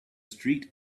street